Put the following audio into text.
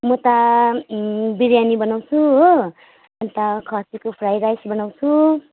म त बिरियानी बनाउँछु हो अन्त खसीको फ्राई राइस बनाउँछु